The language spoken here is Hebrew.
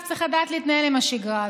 וצריך לדעת להתנהל עם השגרה הזאת.